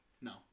No